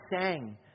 sang